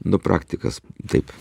nu praktikas taip